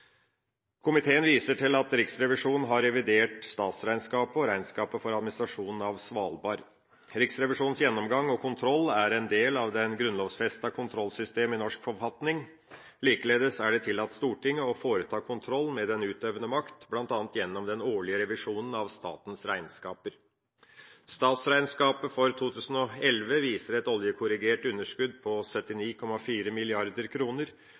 Komiteen viser til at Riksrevisjonen har revidert statsregnskapet og regnskapet for administrasjonen av Svalbard. Riksrevisjonens gjennomgang og kontroll er en del av det grunnlovfestede kontrollsystemet i norsk forfatning. Likeledes er det tillagt Stortinget å foreta kontroll med den utøvende makt, bl.a. gjennom den årlige revisjonen av statens regnskaper. Statsregnskapet for 2011 viser et oljekorrigert underskudd på